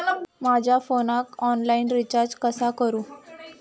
माझ्या फोनाक online recharge कसा करू?